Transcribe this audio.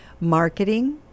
marketing